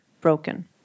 broken